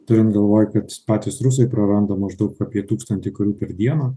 turint galvoj kad patys rusai praranda maždaug apie tūkstantį karių per dieną